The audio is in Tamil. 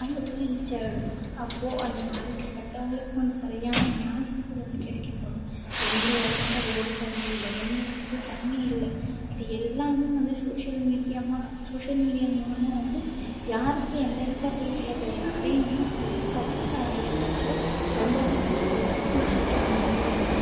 அங்கே போய் ரீச் ஆகிடும் அப்போது அந்த பாதிக்கப்பட்டவர்களுக்கும் சரியான நியாயங்கள் வந்து கிடைக்கப்படும் எந்த இடத்துல ரோடு சரியில்லை எந்த இடத்துல தண்ணி இல்லை இது எல்லாமே வந்து சோஷியல் மீடியாமா சோஷியல் மீடியா மூலமாக வந்து யாருக்கு எந்த இடத்துல போய் அது அடையணுமோ அந்த இடத்துல போய்விட்டு அடைகிறதுக்காக ரொம்பவே யூஸ்ஃபுல்லாக இருக்குது இந்த சோஷியல் மீடியா நமக்கு